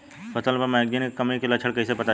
फसल पर मैगनीज के कमी के लक्षण कइसे पता चली?